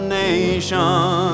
nation